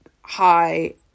high